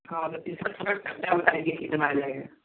हाँ अगर ख़र्चा बता दीजिए कितना आ जाएगा